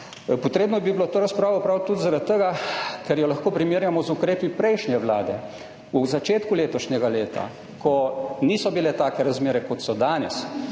Potrebno bi bilo to razpravo opraviti tudi zaradi tega, ker jo lahko primerjamo z ukrepi prejšnje vlade. V začetku letošnjega leta, ko niso bile take razmere, kot so danes,